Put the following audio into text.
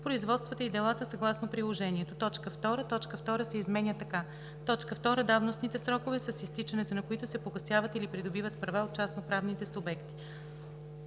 „производствата и делата съгласно приложението“. 2. Точка 2 се изменя така: „2. давностните срокове, с изтичането на които се погасяват или придобиват права от частноправните субекти;“.